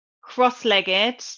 cross-legged